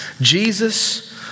Jesus